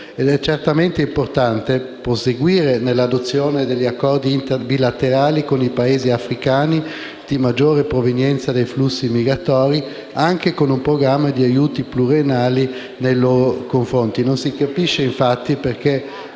È certamente importante proseguire nell'adozione di accordi bilaterali con i Paesi africani di maggiore provenienza dei flussi migratori, anche con un programma di aiuti pluriennali nei loro confronti. Non si capisce, infatti, perché